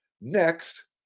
Next